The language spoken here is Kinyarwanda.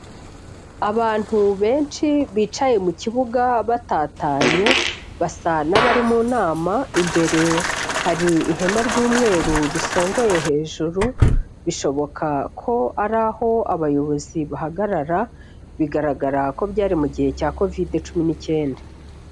Abantu benshi bicaye mu kibuga batatanye, basa n'abari mu nama imbere hari ihema ry'umweru risongoye hejuru, bishoboka ko ari aho abayobozi bahagarara, bigaragara ko byari mu mugihe cya Covid cumi n'icyenda.